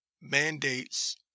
mandates